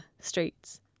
streets